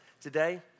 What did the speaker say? today